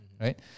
right